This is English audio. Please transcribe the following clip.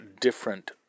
different